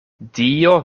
dio